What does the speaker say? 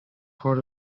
part